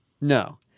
No